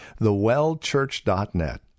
thewellchurch.net